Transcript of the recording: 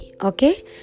okay